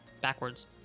backwards